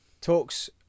Talks